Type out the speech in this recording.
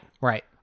Right